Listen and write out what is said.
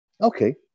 Okay